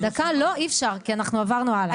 לא אי אפשר, כי אנחנו עברנו הלאה.